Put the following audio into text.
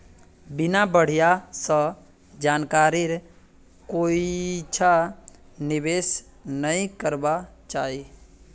बिना बढ़िया स जानकारीर कोइछा निवेश नइ करबा चाई